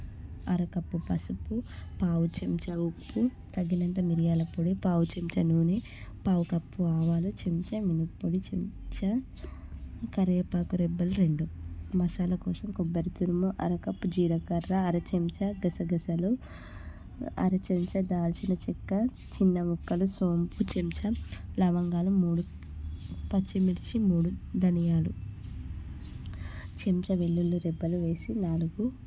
అర కప్పు పసుపు పావు చెంచా ఉప్పు తగినంత మిరియాల పొడి పావు చెంచా నూనె పావు కప్పు ఆవాలు చెంచా మిరప్పొడి చెంచా కరేపాకు రెబ్బలు రెండు మసాలా కోసం కొబ్బరి తురుము అరకప్పు జీలకర్ర అర చెంచా గసగసాలు అర చెంచా దాల్చిన చెక్క చిన్న ముక్కలు సోంపు చెంచా లవంగాలు మూడు పచ్చిమిర్చి మూడు ధన్యాలు చెంచా వెల్లుల్లి రెబ్బలు వేసి నాలుగు